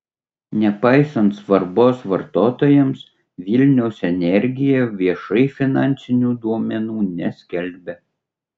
nepaisant svarbos vartotojams vilniaus energija viešai finansinių duomenų neskelbia